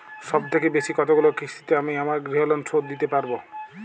সবথেকে বেশী কতগুলো কিস্তিতে আমি আমার গৃহলোন শোধ দিতে পারব?